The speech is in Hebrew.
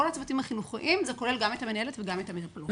בכל הצוותים החינוכיים זה כולל גם את המנהלת וגם את המטפלות.